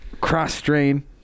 cross-strain